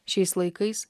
šiais laikais